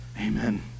Amen